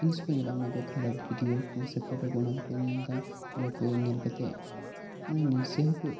ᱡᱤᱱᱤᱥ ᱠᱚ ᱧᱮᱞᱚᱜᱼᱟ ᱠᱷᱟᱨᱟᱯ ᱵᱷᱤᱰᱤᱭᱳ ᱠᱚ ᱥᱮ ᱯᱷᱳᱴᱳ ᱠᱚ ᱚᱱᱟ ᱠᱚᱠᱚ ᱧᱮᱞ ᱮᱫᱟ ᱚᱱᱟ ᱠᱚ ᱧᱮᱞ ᱠᱟᱛᱮᱫ ᱢᱟᱱᱮ ᱱᱤᱡᱮ ᱦᱚᱸᱠᱚ